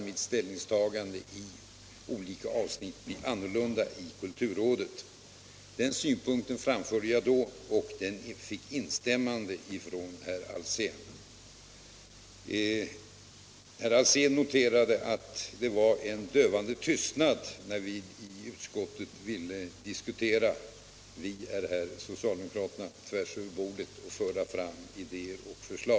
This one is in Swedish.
Mina ställningstaganden i olika avsnitt kunde bli annorlunda i kulturrådet än i riksdagen. Den synpunkten framförde jag och fick instämmande från herr Alsén. Herr Alsén noterade att det var en dövande tystnad när ”vi” i utskottet ville diskutera och föra fram förslag - ”vi” är socialdemokraterna tvärs över bordet.